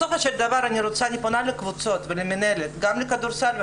בסופו של דבר אני פונה לקבוצות ולמינהלות הכדורגל והכדורסל.